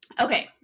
Okay